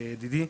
ידידי,